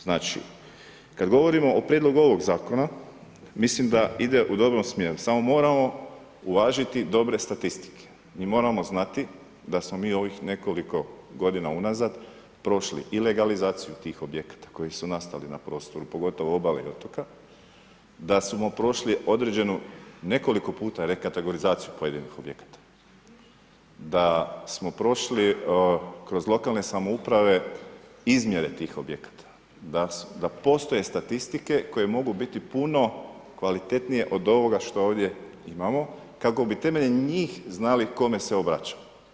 Znači, kad govorimo o prijedlogu ovog Zakona, mislim da ide u dobrom smjeru, samo moramo uvažiti dobre statistike i moramo znati da smo mi u ovih nekoliko godina unazad prošli i legalizaciju tih objekata koji su nastali na prostoru pogotovo obale i otoka, da smo prošli određenu nekoliko puta rekategorizaciju pojedinih objekata, da smo prošli kroz lokalne samouprave izmjere tih objekata, da postoje statistike koje mogu biti puno kvalitetnije od ovoga što ovdje imamo, kako bi temeljem njih znali kome se obraćamo.